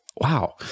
Wow